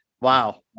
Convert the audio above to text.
Wow